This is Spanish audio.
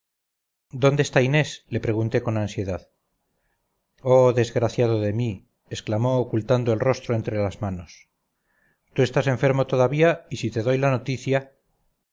dónde está inés le pregunté con ansiedad oh desgraciado de mí exclamó ocultando el rostro entre las manos tú estás enfermo todavía y si te doy la noticia